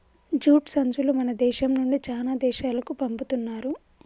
jute సంచులు మన దేశం నుండి చానా దేశాలకు పంపుతున్నారు